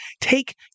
take